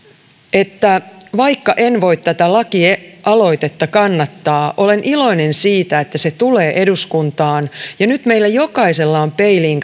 että vaikka en voi tätä lakialoitetta kannattaa olen iloinen siitä että se tulee eduskuntaan nyt meillä jokaisella on peiliin